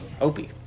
Opie